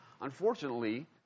Unfortunately